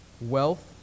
wealth